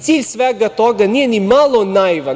Cilj svega toga nije ni malo naivan.